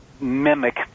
mimic